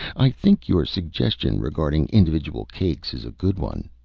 i think your suggestion regarding individual cakes is a good one.